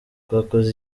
twakoze